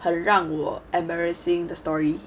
很让我 embarrassing 的 story